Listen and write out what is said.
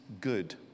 good